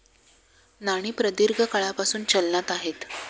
नाणी प्रदीर्घ काळापासून चलनात आहेत